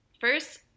first